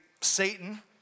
Satan